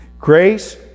grace